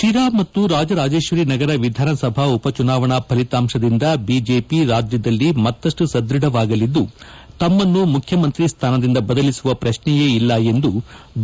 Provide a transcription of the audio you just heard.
ಶಿರಾ ಮತ್ತು ರಾಜರಾಜೇಶ್ವರಿ ನಗರ ವಿಧಾನಸಭಾ ಉಪ ಚುನಾವಣಾ ಫಲಿತಾಂಶದಿಂದ ಬಿಜೆಪಿ ರಾಜ್ಯದಲ್ಲಿ ಮತ್ತಷ್ಟು ಸದೃಢವಾಗಲಿದ್ದು ತಮ್ಮನ್ನು ಮುಖ್ಯಮಂತ್ರಿ ಸ್ಥಾನದಿಂದ ಬದಲಿಸುವ ಪ್ರಶ್ನೆಯೇ ಇಲ್ಲ ಎಂದು ಬಿ